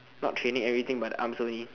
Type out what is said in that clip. not training everything but the arms only